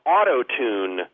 Auto-Tune